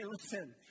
listen